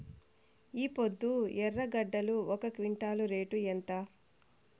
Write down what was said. ఈపొద్దు ఎర్రగడ్డలు ఒక క్వింటాలు రేటు ఎంత?